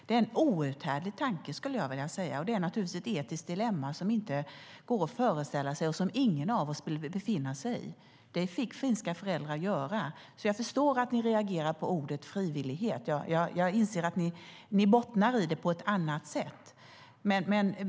Det är en outhärdlig tanke, skulle jag vilja säga, och det är naturligtvis ett etiskt dilemma som inte går att föreställa sig och som ingen av oss vill befinna sig i. Det fick finska föräldrar göra. Jag förstår att ni reagerar på ordet frivillighet. Jag inser att ni bottnar i det på ett annat sätt.